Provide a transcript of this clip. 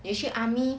你去 army